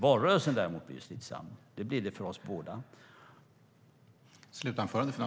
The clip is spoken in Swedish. Valrörelsen blir däremot slitsam för oss båda!